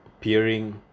appearing